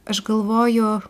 aš galvoju